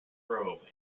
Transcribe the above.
robe